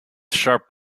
sharp